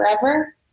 forever